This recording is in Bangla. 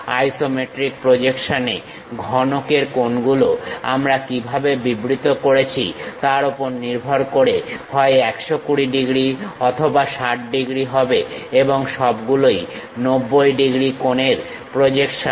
আইসোমেট্রিক প্রজেকশনে ঘনকের কোণগুলো আমরা কিভাবে বিবৃত করেছি তার ওপর নির্ভর করে হয় 120 ডিগ্রী অথবা 60 ডিগ্রী হবে এবং সবগুলোই 90 ডিগ্রী কোণের প্রজেকশন